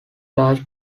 large